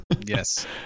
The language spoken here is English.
yes